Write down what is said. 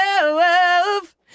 love